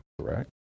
correct